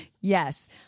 Yes